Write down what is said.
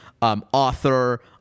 author